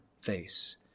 face